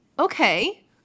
Okay